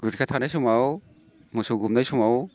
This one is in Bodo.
गुरखिया थानाय समाव मोसौ गुमनाय समाव